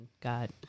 God